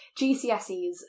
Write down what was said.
GCSEs